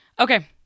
Okay